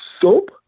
soap